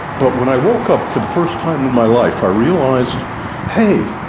but when i woke up, for the first time in my life i realised hey,